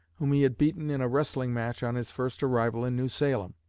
whom he had beaten in a wrestling-match on his first arrival in new salem.